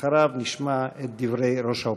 ואחריו נשמע את דברי ראש האופוזיציה.